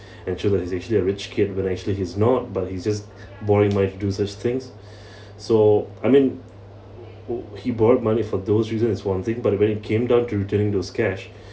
and show it like he's a rich kid but actually he's not but he's just borrowing money to do such things so I mean oh he borrowed money for those reasons is one thing but when it came down to returning those cash